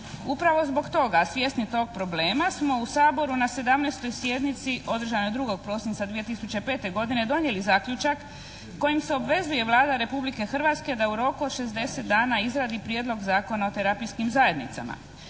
Upravo zbog toga, a svjesni tog problema smo u Saboru na 17. sjednici održanoj 2. prosinca 2005. godine donijeli zaključak kojim se obvezuje Vlada Republike Hrvatske da u roku od 60 dana izradi Prijedlog Zakona o terapijskim zajednicama.